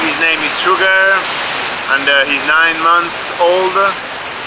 name is sugar and he's nine months old um